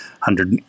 hundred